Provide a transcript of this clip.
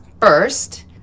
first